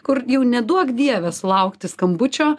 kur jau neduok dieve sulaukti skambučio